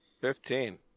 Fifteen